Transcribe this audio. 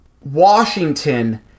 Washington